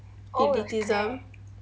elitism